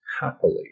happily